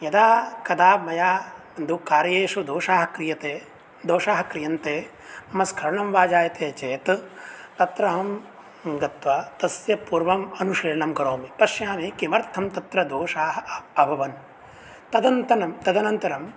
यदा कदा मया तु कार्येषु दोषाः क्रियते दोषाः क्रियन्ते मम स्खलनं वा जायते चेत् तत्र अहं गत्वा तस्य पूर्वम् अनुशीलनं करोमि पश्यामि किमर्थं तत्र दोषाः अ अभवन् तदन्तनं तदनन्तरं